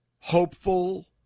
hopeful